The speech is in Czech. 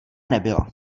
nebyla